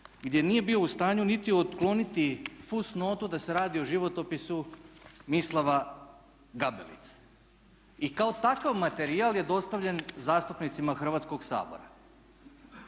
gdje nije bio u stanju niti otkloniti fusnotu da se radi o životopisu Mislava Gabelice. I kao takav materijal je dostavljen zastupnicima Hrvatskog sabora.